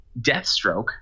Deathstroke